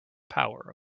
power